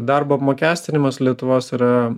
darbo apmokestinimas lietuvos yra